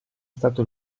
stato